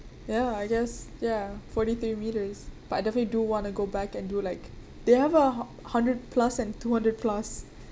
ya I guess ya forty three metres but I definitely do want to go back and do like they have a hundred plus and two hundred plus